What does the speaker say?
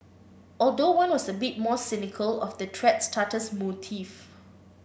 although one was a bit more cynical of the thread starter's motive